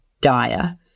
dire